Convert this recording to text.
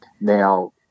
Now